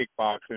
kickboxing